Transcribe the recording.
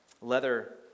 leather